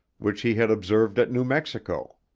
which he had observed at new mexico.